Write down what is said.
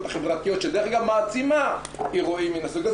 החברתיות שדרך אגב מעצימה אירועים מן הסוג הזה.